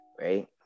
Right